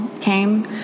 came